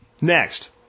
Next